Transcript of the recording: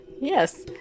yes